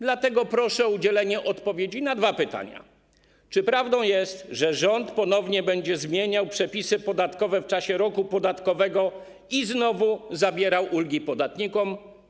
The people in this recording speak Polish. Dlatego proszę o udzielenie odpowiedzi na dwa pytania: Czy prawdą jest, że rząd ponownie będzie zmieniał przepisy podatkowe w trakcie roku podatkowego i znowu zabierał ulgi podatnikom?